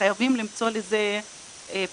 חייבים למצוא לזה פתרון